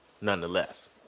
nonetheless